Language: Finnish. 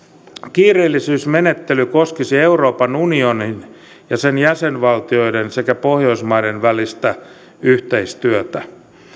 kiireellisyysmenettely koskisi euroopan unionin ja sen jäsenvaltioiden sekä pohjoismaiden välistä yhteistyötä